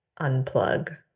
unplug